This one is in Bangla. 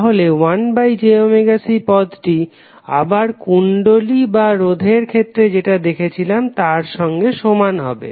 তাহলে 1jωC পদটি আবার কুণ্ডলী বা রোধের ক্ষেত্রে যেটা দেখেছিলাম তার সঙ্গে সমান হবে